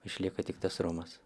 išlieka tik tas romas